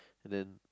and then